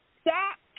stop